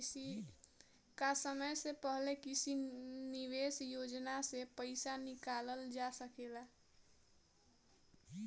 का समय से पहले किसी निवेश योजना से र्पइसा निकालल जा सकेला?